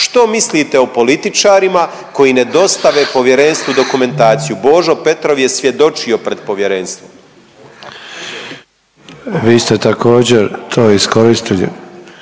što mislite o političarima koji ne dostave povjerenstvu dokumentaciju? Božo Petrov je svjedočio pred povjerenstvom. **Sanader, Ante